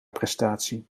prestatie